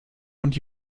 und